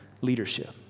leadership